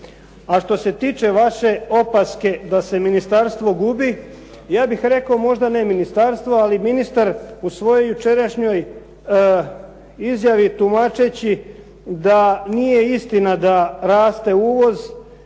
A što se tiče vaše opaske da se ministarstvo gubi, ja bih rekao možda ne ministarstvo, ali ministar u svojoj jučerašnjoj izjavi tumačeći da nije istina da raste uvoz